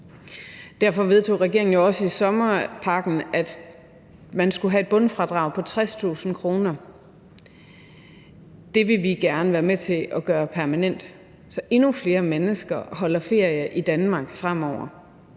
Derfor vedtog regeringen jo også i sommerpakken, at man skulle have et bundfradrag på 60.000 kr. Det vil vi gerne være med til at gøre permanent, så endnu flere mennesker holder ferie i Danmark fremover,